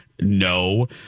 no